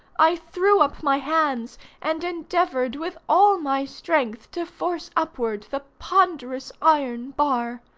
i threw up my hands and endeavored, with all my strength, to force upward the ponderous iron bar.